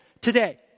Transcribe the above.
today